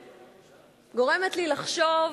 גורמת לי לחשוב,